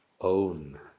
own